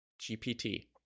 GPT